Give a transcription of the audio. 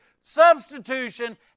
substitution